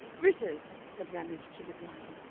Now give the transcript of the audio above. ritter's! said ramage to the driver,